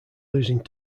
losing